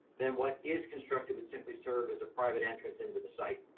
then what is constructive and simply serve as a private entrance into the site.